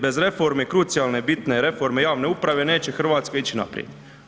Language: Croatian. Bez reforme krucijalne bitne reforme javne uprave neće Hrvatska ići naprijed.